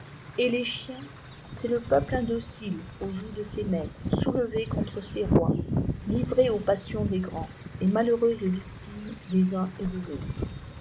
et les chiens c'est le peuple indocile a au joug de ses maîtres soulevé contre ses rois livré aux pasît sions des grands et malheureuse victime des uns et des autrès